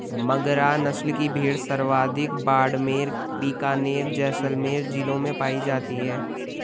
मगरा नस्ल की भेड़ सर्वाधिक बाड़मेर, बीकानेर, जैसलमेर जिलों में पाई जाती है